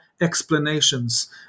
explanations